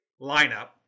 lineup